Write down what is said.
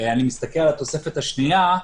אני מסתכל על התוספת השנייה,